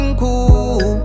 cool